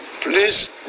please